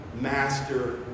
master